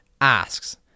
asks